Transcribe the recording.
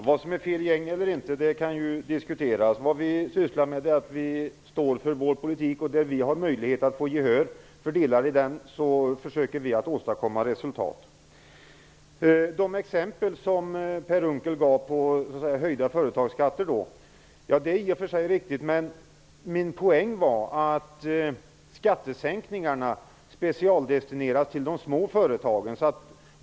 Herr talman! Det kan diskuteras vad som är fel gäng. Vi står för vår politik. När vi har möjlighet att få gehör för delar av den försöker vi åstadkomma resultat. De exempel Per Unckel gav på höjda företagsskatter är i och för sig riktiga. Min poäng var att skattesänkningarna specialdestineras till de små företagen.